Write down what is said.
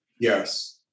Yes